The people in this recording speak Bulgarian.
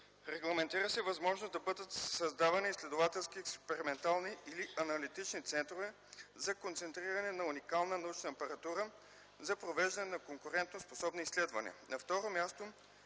регламентира се възможност да бъдат създавани изследователски експериментални или аналитични центрове за концентриране на уникална научна апаратура за провеждане на конкурентноспособни изследвания.